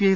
I